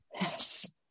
Yes